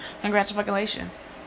congratulations